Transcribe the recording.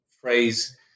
phrase